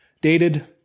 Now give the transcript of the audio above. dated